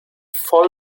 voll